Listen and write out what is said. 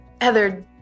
Heather